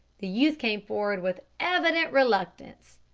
the youth came forward with evident reluctance.